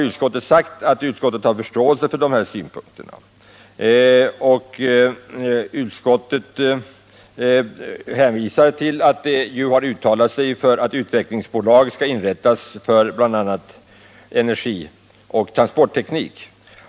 Utskottet har sagt sig ha förståelse för de synpunkterna, och utskottet hänvisar till att det ju har uttalat sig för att utvecklingsbolag skall inrättas för bl.a. energioch transportteknik.